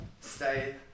stay